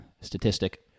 statistic